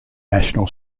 national